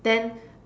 then